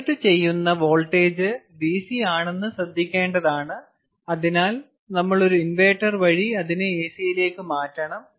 ജനറേറ്റുചെയ്യുന്ന voltage DC ആണെന്നത് ശ്രദ്ധിക്കേണ്ടതാണ് അതിനാൽ നമ്മൾ ഒരു ഇൻവെർട്ടർ വഴി അതിനെ AC യിലേക്ക് മാറ്റണം